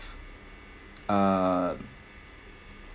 err